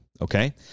Okay